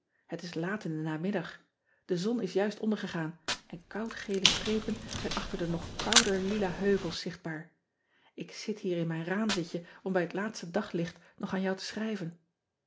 et is laat in den namiddag e zon is juist ondergegaan en koud gele strepen zijn achter de nog kouder lila heuvels zichtbaar k zit hier in mijn raamzitje om bij het laatste daglicht nog aan jou te schrijven